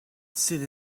sydd